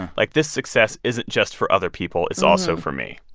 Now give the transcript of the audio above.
and like, this success isn't just for other people. it's also for me